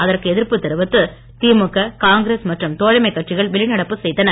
அதற்கு எதிர்ப்பு தெரிவித்து திமுக காங்கிரஸ் மற்றும் தோழமைக் கட்சிகள் வெளிநடப்பு செய்தன